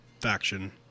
faction